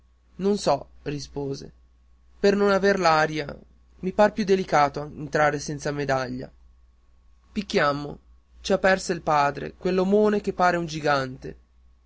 non so rispose per non aver l'aria mi par più delicato entrare senza medaglia picchiammo ci aperse il padre quell'omone che pare un gigante